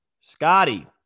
Scotty